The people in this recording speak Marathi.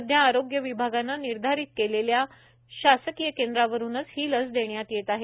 सध्या आरोग्य विभागाने निर्धारित केलेल्या शासकीय केंद्रावरुनच ही लस देण्यात येत आहे